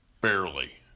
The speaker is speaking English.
barely